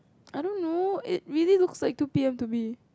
I don't know it really looks like two P_M to me